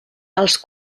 els